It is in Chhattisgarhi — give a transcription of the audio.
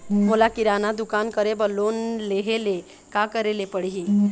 मोला किराना दुकान करे बर लोन लेहेले का करेले पड़ही?